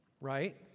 Right